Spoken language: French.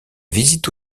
visite